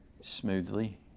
smoothly